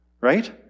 right